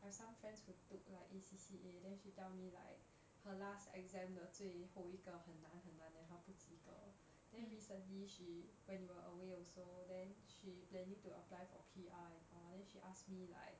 I have some friends who took like A_C_C_A then she tell me like her last exam 的最后一个很难很难的 then 她不及格 then recently she when you were away also then she planning to apply for P_R and all then she ask me like